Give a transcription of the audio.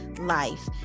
life